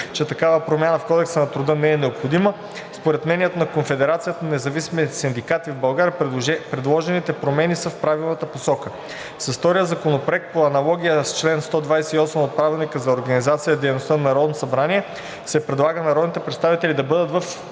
че такава промяна в Кодекса на труда не е необходима. Според мнението на Конфедерацията на независимите синдикати в България предложените промени са в правилната посока. С втория законопроект, по аналогия с чл. 128 от Правилника за организацията и дейността на Народното събрание, се предлага народните представители да бъдат в